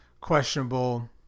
questionable